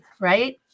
Right